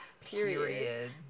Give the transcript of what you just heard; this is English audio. period